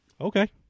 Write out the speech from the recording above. Okay